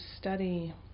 study